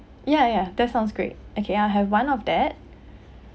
yeah yeah that sounds great okay I'll have one of that